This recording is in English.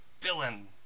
villain